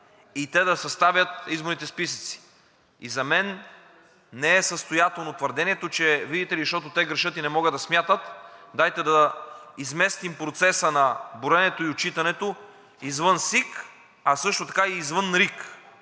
те да съставят изборните списъци. За мен не е състоятелно твърдението, че видите ли, защото те грешат и не могат да смятат, дайте да изместим процеса на броенето и отчитането извън СИК, а също така и извън РИК.